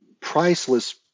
priceless